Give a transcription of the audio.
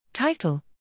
Title